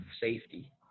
safety